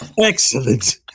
Excellent